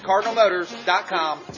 CardinalMotors.com